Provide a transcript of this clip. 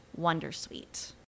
Wondersuite